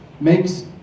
makes